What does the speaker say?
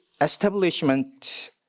establishment